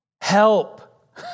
Help